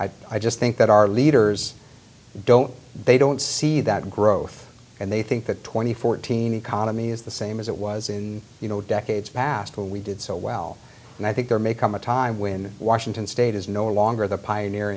and i just think that our leaders don't they don't see that growth and they think that twenty fourteen economy is the same as it was in you know decades past where we did so well and i think there may come a time when washington state is no longer the pioneer